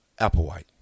Applewhite